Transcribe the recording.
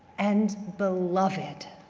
and beloved.